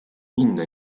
inna